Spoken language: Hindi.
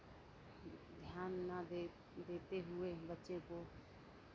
ध्यान ना दे देते हुए बच्चों को